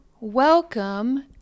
welcome